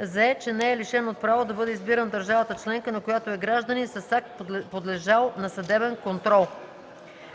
з) че не е лишен от право да бъде избиран в държавата членка, на която е гражданин с акт, подлежал на съдебен контрол;